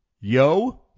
Yo